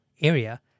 area